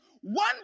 one